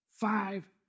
Five